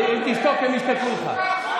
אם תשתוק הם ישתקו איתך.